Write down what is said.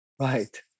Right